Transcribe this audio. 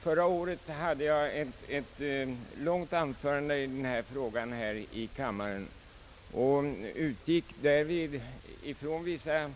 Förra året höll jag ett långt anförande i denna fråga här i kammaren och utgick därvid från vissa